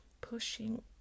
pushing